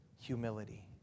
humility